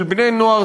של בני-נוער,